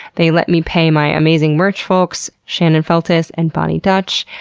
they let me pay my amazing merch folks, shannon feltus and boni dutch,